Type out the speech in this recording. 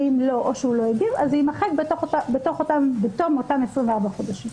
ואם לא או שהוא לא הגיב זה יימחק בתוך בתום אותם 24 חודשים.